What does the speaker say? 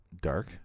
dark